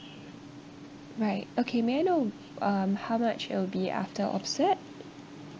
right okay may I know um how much it'll be after offset